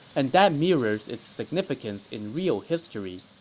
and that mirrors its significance in real history,